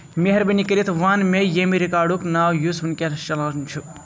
مہربٲنی کٔرِتھ ون مےٚ ییٚمہِ رکارڈُک ناو یُس وٕنکیٚنس چلان چھُ